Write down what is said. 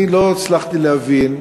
אני לא הצלחתי להבין,